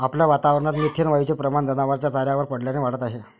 आपल्या वातावरणात मिथेन वायूचे प्रमाण जनावरांच्या चाऱ्यावर पडल्याने वाढत आहे